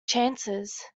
chances